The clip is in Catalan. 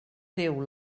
déu